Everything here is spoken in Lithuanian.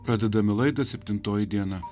pradedami laida septintoji diena